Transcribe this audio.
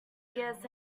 guess